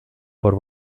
por